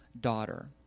daughter